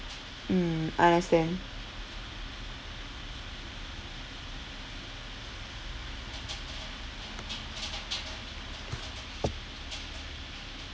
mm understand